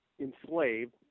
enslaved